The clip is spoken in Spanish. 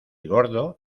gordo